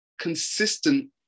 consistent